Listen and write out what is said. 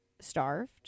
starved